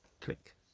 Click